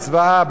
זוועה,